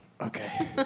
Okay